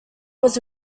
was